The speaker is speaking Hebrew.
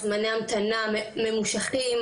על זמני המתנה ממושכים,